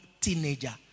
teenager